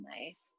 Nice